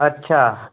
अच्छा